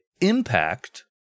impact